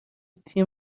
تیم